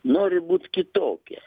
nori būt kitokia